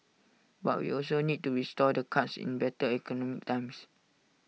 but we also need to restore the cuts in better economic times